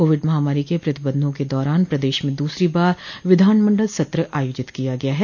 Covid महामारी के प्रतिबंधों के दौरान प्रदेश में दूसरी बार विधानमंडल सत्र आयोजित किया गया है